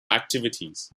activities